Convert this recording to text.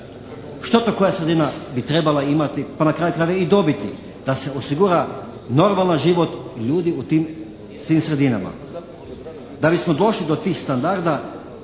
Što to koja sredina bi trebala imati, pa na kraju krajeva i dobiti da se osigura normalan život ljudi u tim svim sredinama. Da bismo došli do tih standarda